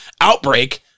Outbreak